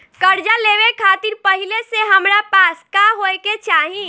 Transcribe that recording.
कर्जा लेवे खातिर पहिले से हमरा पास का होए के चाही?